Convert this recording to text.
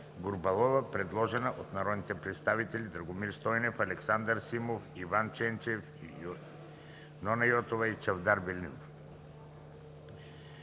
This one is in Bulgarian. Петкова-Гурбалова, предложена от народните представители Драгомир Стойнев, Александър Симов, Иван Ченчев, Нона Йотова и Чавдар Велинов.